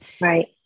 Right